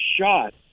shot